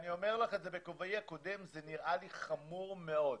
אני אומר לך את זה בכובעי הקודם זה נראה לי חמור מאוד.